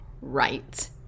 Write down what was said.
right